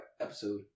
episode